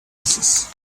misses